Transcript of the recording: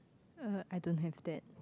uh I don't have that